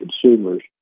consumers